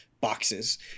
boxes